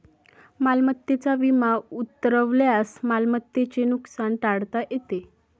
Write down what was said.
मालमत्तेचा विमा उतरवल्यास मालमत्तेचे नुकसान टाळता येते